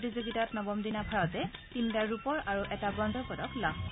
প্ৰতিযোগিতাৰ নৱম দিনা ভাৰতে তিনিটা ৰূপৰ আৰু এটা ব্ৰঞ্জৰ পদক লাভ কৰে